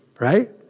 right